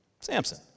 Samson